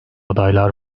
adaylar